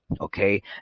okay